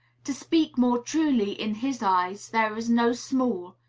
to speak more truly, in his eyes there is no small,